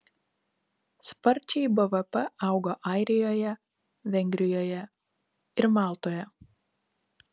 sparčiai bvp augo airijoje vengrijoje ir maltoje